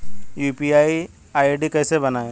UPI ID कैसे बनाएं?